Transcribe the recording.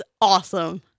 awesome